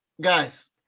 Guys